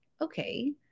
okay